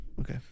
Okay